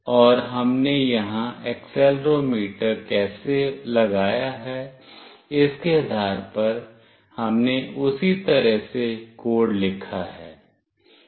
और हमने यहां एक्सेलेरोमीटर कैसे लगाया है इसके आधार पर हमने उसी तरह से कोड लिखा है